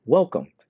Welcome